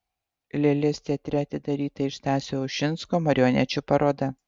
lėlės teatre atidaryta ir stasio ušinsko marionečių paroda